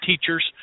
teachers